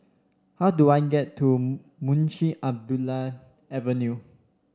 how do I get to Munshi Abdullah Avenue